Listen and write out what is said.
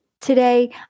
Today